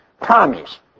promise